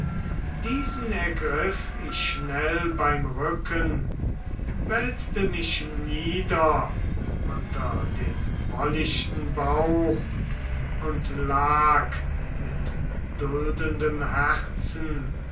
diesen ergriff ich schnell beim rücken wälzte mich nieder unter den wollichten bauch und lag mit duldendem herzen